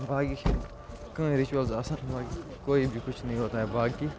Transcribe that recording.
باقٕے چھِنہٕ کٕہٕنٛۍ رِچوَلز آسان باقٕے کوٮٔی بھی کُچھ نہیں ہوتا ہے باقٕے